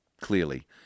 clearly